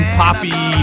poppy